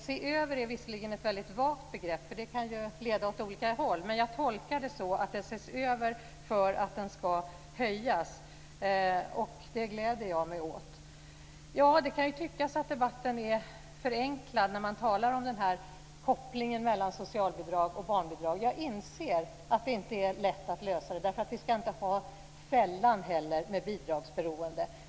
"Se över" är visserligen ett väldigt vagt begrepp som kan leda åt olika håll, men jag tolkar det så att den ses över för att den ska höjas, och det gläder jag mig åt. Det kan ju tyckas att debatten är förenklad när man talar om den här kopplingen mellan socialbidrag och barnbidrag. Jag inser att det inte är lätt att lösa det, för vi ska inte heller ha fällan med bidragsberoende.